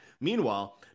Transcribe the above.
meanwhile